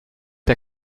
der